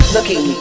Looking